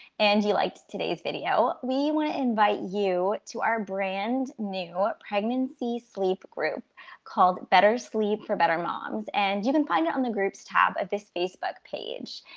and you liked today's video, we want to invite you to our brand new pregnancy sleep group called better sleep for better moms, and you can find it on the group's tab of this facebook page.